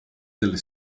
delle